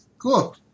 Cool